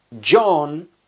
John